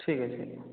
ଠିକ୍ ଅଛି